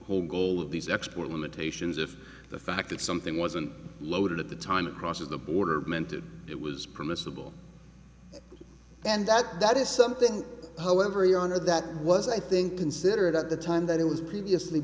whole goal of these export limitations if the fact that something wasn't loaded at the time across the border meant it was permissible and that that is something however your honor that was i think considerate at the time that it was previously